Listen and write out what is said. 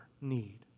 need